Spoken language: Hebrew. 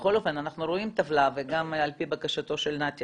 אנחנו רואים טבלה וגם על פי בקשתו של נתי,